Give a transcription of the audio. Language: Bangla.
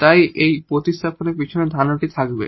তাই এই প্রতিস্থাপনের পিছনে ধারণাটি থাকবে